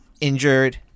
injured